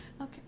Okay